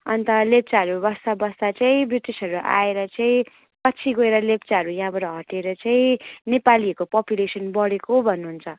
अनि त लेप्चाहरू बस्दा बस्दा चाहिँ ब्रिटिसहरू आएर चाहिँ पछि गएर लेप्चाहरू यहाँबाट हटेर चाहिँ नेपालीको पोपुलेसन बढेको भन्नुहुन्छ